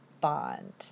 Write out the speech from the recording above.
Bond